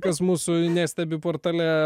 kas mūsų nestebi portale